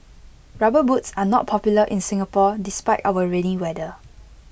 rubber boots are not popular in Singapore despite our rainy weather